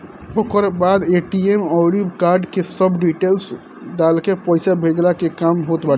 ओकरी बाद ए.टी.एम अउरी कार्ड के सब डिटेल्स डालके पईसा भेजला के काम होत बाटे